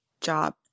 job